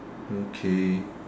okay